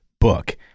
book